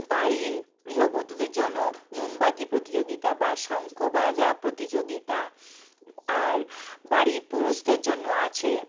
বাড়িল গৃহবধূদের জন্য মোমবাতি প্রতিযোগিতা বা শঙ্খ বাজা প্রতিযোগিতা আর বাড়ি পুরুষদের জন্য আছে